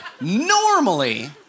Normally